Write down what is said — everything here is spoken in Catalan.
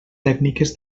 tècniques